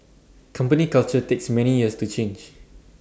company culture takes many years to change